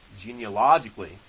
genealogically